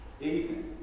evening